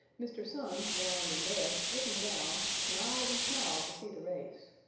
mr. sun, round and red, looking down, smiled and smiled to see the race.